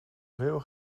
veel